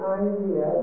idea